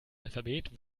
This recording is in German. alphabet